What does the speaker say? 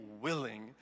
willing